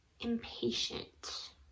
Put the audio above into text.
impatient